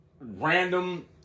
random